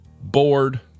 bored